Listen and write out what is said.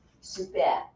super